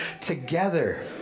together